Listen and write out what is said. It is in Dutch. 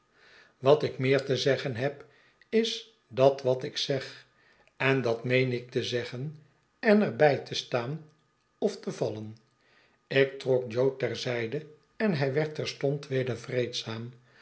wat ik meer te zeggen heb is dat wat ik zeg en dat meen ik te zeggen en er bij te staan of te vallen ik trok jo ter zijde en hij werd terstond weder vreedzaam